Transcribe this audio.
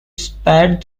spared